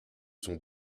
sont